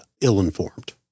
ill-informed